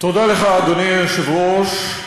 תודה לך, אדוני היושב-ראש.